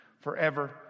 forever